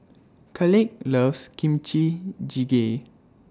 Caleigh loves Kimchi Jjigae